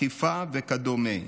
אכיפה וכדומה.